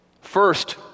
First